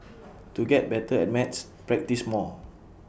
to get better at maths practise more